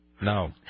No